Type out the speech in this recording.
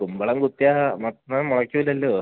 കുമ്പളം കുത്തിയാൽ മത്തൻ മുളക്കില്ലല്ലോ